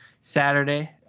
Saturday